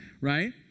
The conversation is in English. right